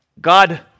God